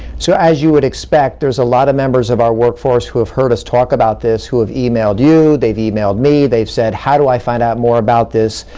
so as you would expect, there's a lot of members of our workforce who have heard us talk about this who have emailed you. they've emailed me. they've said, how do i find out more about this?